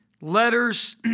letters